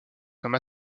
comme